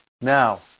now